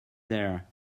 there